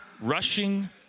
Rushing